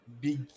big